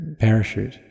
parachute